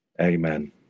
Amen